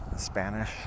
Spanish